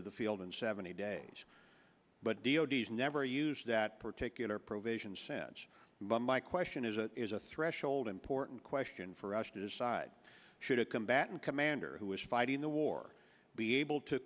to the field in seventy days but d o d s never used that particular provision sense but my question is a is a threshold important question for us to decide should a combatant commander who is fighting the war be able to